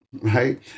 right